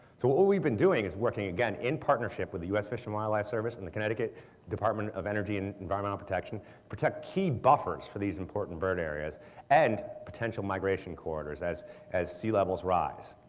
so what we've been doing is working again in partnership with the u s. fish and wildlife service and the connecticut department of energy and environmental protection to protect key buffers for these important bird areas and potential migration corridors as as sea levels rise.